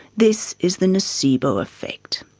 this is the nocebo effect.